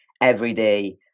everyday